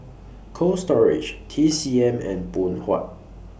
Cold Storage T C M and Phoon Huat